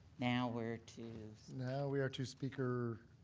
now we're to now we are to speaker,